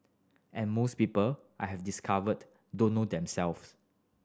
and most people I have discovered don't know them self